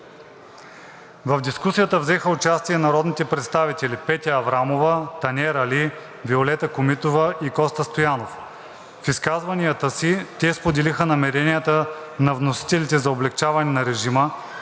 В дискусията взеха участие народните представители Петя Аврамова, Танер Али, Виолета Комитова и Коста Стоянов. В изказванията си те споделиха намеренията на вносителите за облекчаване на режима,